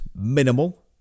minimal